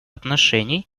отношений